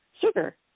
sugar